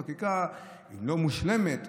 חקיקה לא מושלמת.